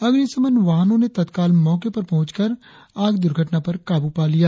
अग्निशमन वाहनों ने तत्काल मौके पर पहुंचकर आग दुर्घटना पर काबू पा लिया